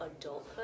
adulthood